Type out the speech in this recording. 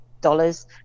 dollars